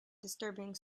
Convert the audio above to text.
disturbing